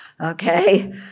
okay